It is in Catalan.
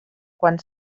quan